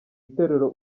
itorero